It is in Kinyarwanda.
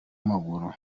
maguru